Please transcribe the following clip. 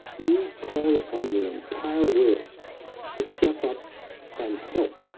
we call upon the entire world to step up and help